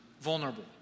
vulnerable